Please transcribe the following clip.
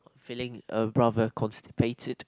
feeling uh rather constipated